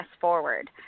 forward